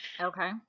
Okay